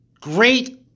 great